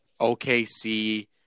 OKC